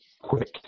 quick